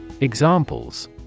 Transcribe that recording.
Examples